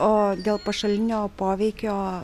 o dėl pašalinio poveikio